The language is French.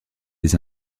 des